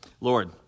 Lord